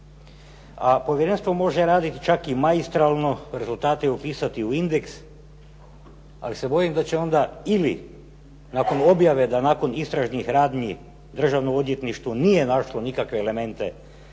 a povjerenstvo može raditi čak i maistralno, rezultate upisati u indeks. Ali se bojim da će onda ili nakon objave da nakon istražnih radnji državno odvjetništvo nije našlo nikakve elemente